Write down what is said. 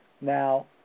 Now